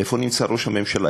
איפה נמצא ראש הממשלה?